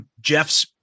Jeff's